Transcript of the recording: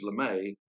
LeMay